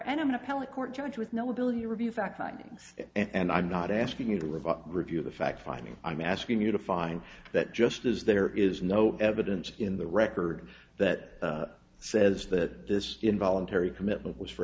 and an appellate court judge with no ability to review fact findings and i'm not asking you to live a review of the fact finding i'm asking you to find that just as there is no evidence in the record that says that this involuntary commitment was for